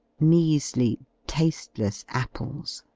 measly tast eless apples.